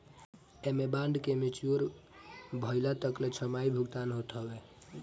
एमे बांड के मेच्योर भइला तकले छमाही भुगतान होत हवे